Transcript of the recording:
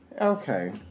Okay